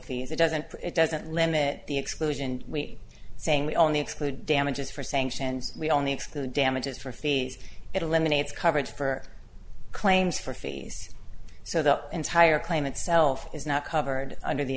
fees it doesn't it doesn't limit the explosion we are saying we only exclude damages for sanctions we only exclude damages for fees it eliminates coverage for claims for fees so the entire claim itself is not covered under the